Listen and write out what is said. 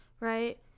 right